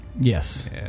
Yes